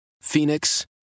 Phoenix